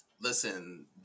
Listen